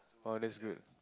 oh that's good